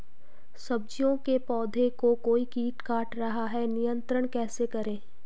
सब्जियों के पौधें को कोई कीट काट रहा है नियंत्रण कैसे करें?